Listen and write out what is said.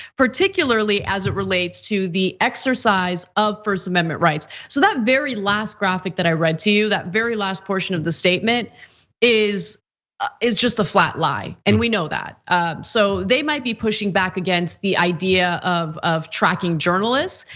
particularly as it relates to the exercise of first amendment rights. so that very last graphic that i read to you that very last portion of the statement is ah is just a flat lie and we know that so they might be pushing back against the idea of of tracking journalists.